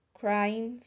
crying